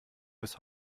bis